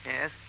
Yes